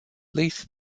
least